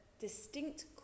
distinct